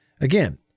Again